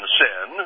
sin